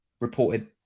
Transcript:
reported